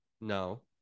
No